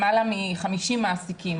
למעלה מ-50 מעסיקים.